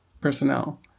personnel